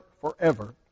forever